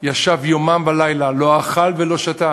בראשו הוא ישב יומם ולילה, לא אכל ולא שתה,